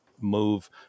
move